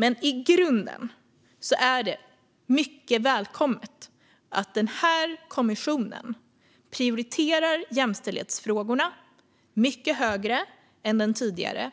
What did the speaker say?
Men i grunden är det mycket välkommet att den här kommissionen prioriterar jämställdhetsfrågorna mycket högre än den tidigare